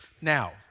now